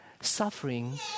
Suffering